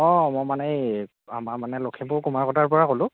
অঁ মই মানে এই আমাৰ মানে লখিমপুৰ কুমাৰকটাৰ পৰা ক'লোঁ